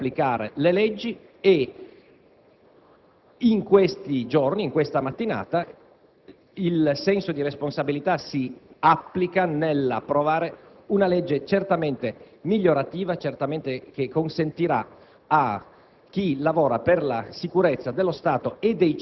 essere spinti a un senso di responsabilità nell'applicare le leggi. In questi giorni, in questa mattinata, il senso di responsabilità si applica nell'approvare una legge certamente migliorativa, che consentirà a